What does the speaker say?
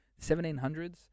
1700s